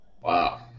Wow